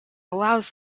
allows